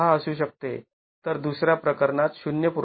६ असू शकते तर दुसर्या प्रकरणात ०